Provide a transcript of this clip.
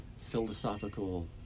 philosophical